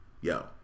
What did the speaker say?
yo